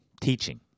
Teaching